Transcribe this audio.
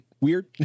weird